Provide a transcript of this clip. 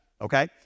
Okay